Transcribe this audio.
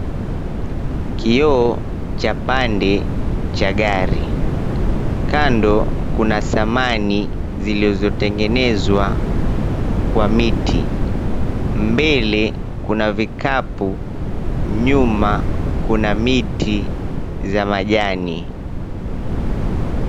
Kioo cha pande cha gari. Kando kuna samani zilizotengenezwa kwa miti. Mbele kuna vikapu, nyuma kuna miti za majani.